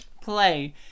Play